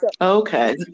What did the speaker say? Okay